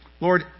Lord